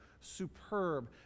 Superb